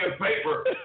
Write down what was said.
paper